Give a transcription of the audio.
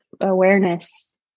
awareness